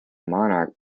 monarch